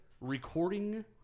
recording